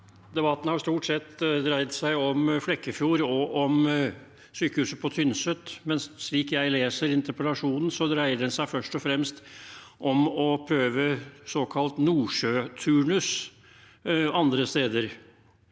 Debatten har stort sett dreid seg om Flekkefjord og om sykehuset på Tynset, men slik jeg leser interpellasjonen, dreier den seg først og fremst om å prøve såkalt nordsjøturnus andre steder.